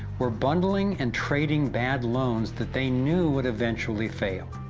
were bundling and trading bad loans, that they knew would eventually fail